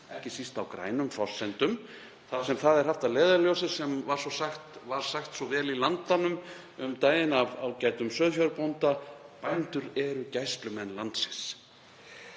ekki síst á grænum forsendum þar sem það er haft að leiðarljósi sem sagt var svo vel í Landanum um daginn af ágætum sauðfjárbónda: Bændur eru gæslumenn landsins.